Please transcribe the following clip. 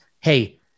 Hey